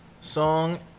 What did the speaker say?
song